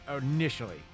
initially